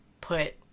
put